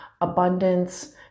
abundance